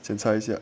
检查一下